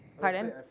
Pardon